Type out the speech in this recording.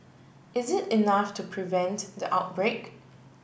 is it enough to prevent the outbreak